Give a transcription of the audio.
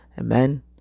Amen